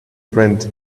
print